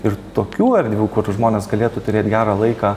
ir tokių erdvių kur žmonės galėtų turėt gerą laiką